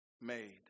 made